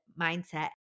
mindset